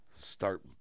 start